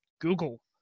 google